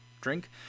drink